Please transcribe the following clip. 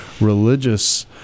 religious